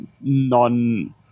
non